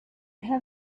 have